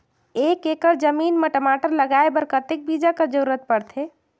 एक एकड़ जमीन म टमाटर लगाय बर कतेक बीजा कर जरूरत पड़थे?